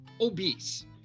obese